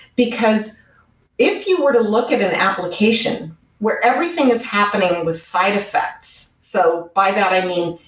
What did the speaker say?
because if you were to look at an application where everything is happening and with side effects. so by that i mean,